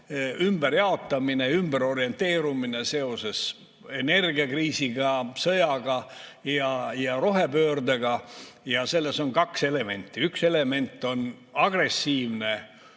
ümberjaotamine, ümberorienteerumine seoses energiakriisiga, sõjaga ja rohepöördega. Ja selles on kaks elementi. Üks element on agressiivne